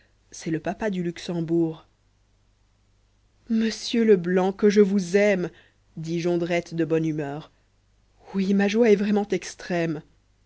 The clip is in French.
c'est le papa du luxembourg monsieur leblanc que je vous aime dit jondrette de benne humeur oui ma joie est vraiment extrême